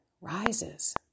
rises